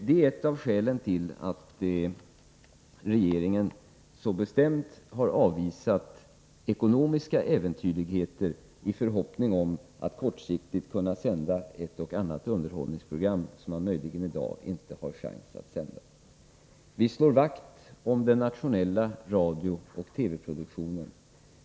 Det är ett av skälen till att regeringen så bestämt har avvisat ekonomiska äventyrligheter som har grundats på förhoppningen att man kortsiktigt skulle kunna sända ett eller annat underhållningsprogram som man i dag möjligen inte har chans att sända. Vi slår vakt om den nationella radiooch TV-produktionen.